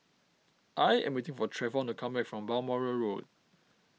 I am waiting for Travon to come back from Balmoral Road